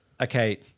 okay